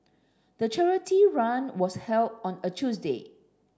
the charity run was held on a Tuesday